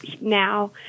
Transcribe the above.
now